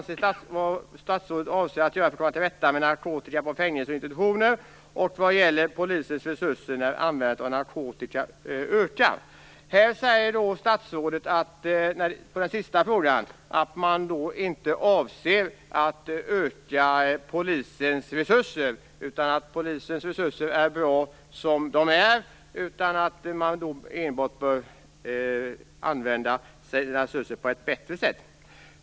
Statsrådet säger som svar på den senare frågan att man inte avser att öka polisens resurser. De är bra som de är. Det handlar enbart om att man bör använda sina resurser på ett bättre sätt.